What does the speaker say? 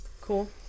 Cool